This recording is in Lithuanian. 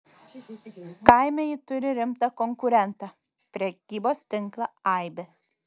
kaime ji turi rimtą konkurentą prekybos tinklą aibė